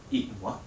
eat what